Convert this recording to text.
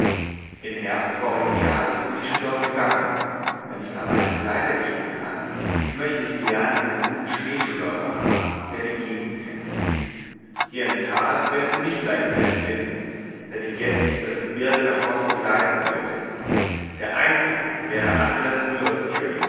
im herbst vorigen jahres bin ich schon dort gegangen wenn ich aber einen begleiter kriegen kann so möchte ich gern einen guten schneeschuhläufer haben der die gegend kennt hier im tal wirst du nicht leicht einen finden der dich jetzt übers gebirge nach voß begleiten wollte der einzige wäre andres